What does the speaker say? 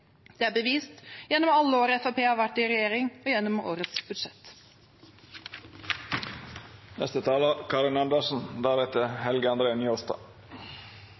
Det er bevist gjennom alle år Fremskrittspartiet har vært i regjering, og gjennom årets budsjett.